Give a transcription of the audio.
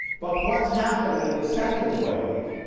but what happened in the second wave,